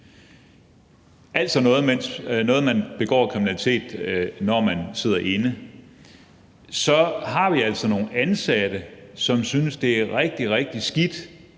altså begår kriminalitet, når man sidder inde, så har vi altså nogle ansatte, som synes, det er rigtig, rigtig skidt,